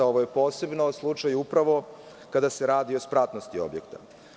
Ovo je posebno slučaj upravo kada se radi o spratnosti objekta.